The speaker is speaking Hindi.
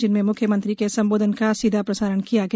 जिनमें म्ख्यमंत्री के संबोधन का सीधा प्रसारण किया गया